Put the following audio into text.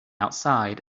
outside